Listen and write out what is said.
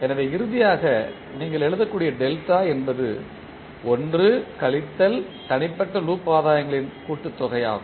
எனவே இறுதியாக நீங்கள் எழுதக்கூடிய டெல்டா என்பது 1 கழித்தல் தனிப்பட்ட லூப் ஆதாயங்களின் கூட்டுத்தொகை ஆகும்